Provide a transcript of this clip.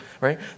right